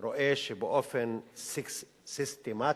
רואה שבאופן סיסטמטי,